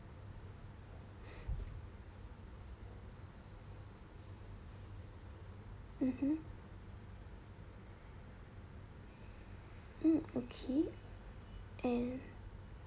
mmhmm mm okay and